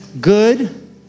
Good